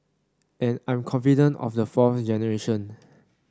and I'm confident of the fourth generation